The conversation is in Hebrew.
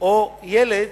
או ילד